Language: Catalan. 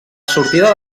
sortida